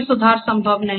कोई सुधार संभव नहीं है